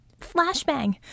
Flashbang